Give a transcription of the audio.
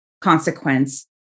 consequence